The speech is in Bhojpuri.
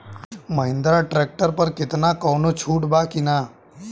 महिंद्रा ट्रैक्टर पर केतना कौनो छूट बा कि ना?